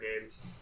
games